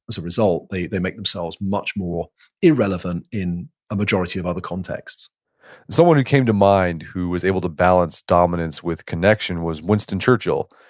as a result, they they make themselves much more irrelevant in a majority of other contexts someone who came to mind who was able to balance dominance with connection was winston churchill.